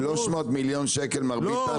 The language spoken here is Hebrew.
300 מיליון שקלים מר ביטן,